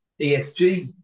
ESG